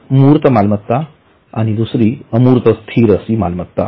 एक मूर्त मालमत्ता तर दुसरी अमूर्त स्थिर मालमत्ता